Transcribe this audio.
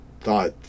thought